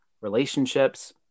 relationships